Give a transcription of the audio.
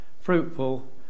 fruitful